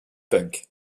punk